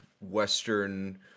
Western